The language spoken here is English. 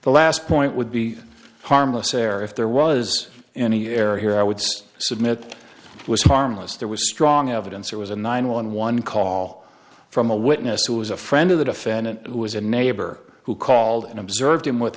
the last point would be harmless error if there was any error here i would say submit it was harmless there was strong evidence there was a nine one one call from a witness who was a friend of the defendant who was a neighbor who called and observed him with